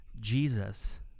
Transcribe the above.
Jesus